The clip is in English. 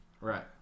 Right